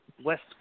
West